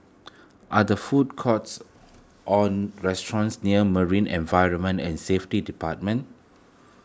are the food courts or restaurants near Marine Environment and Safety Department